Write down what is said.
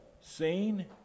seen